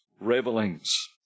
revelings